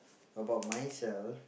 about myself